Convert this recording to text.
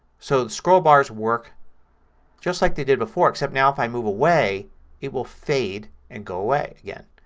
so the scroll bars work just like they did before except now if i move away it will fade and go away again.